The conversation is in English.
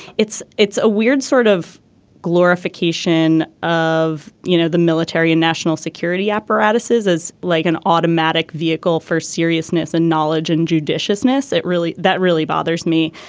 it's it's a weird sort of glorification of you know the military and national security apparatuses as like an automatic vehicle for seriousness and knowledge and judicious ness it really. that really bothers me.